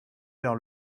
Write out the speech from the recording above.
vers